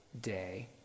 day